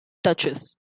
touches